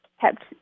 kept